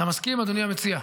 אתה מסכים, אדוני המציע?